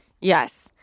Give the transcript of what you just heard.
Yes